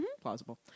plausible